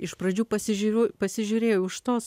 iš pradžių pasižiūriu pasižiūrėjau iš tos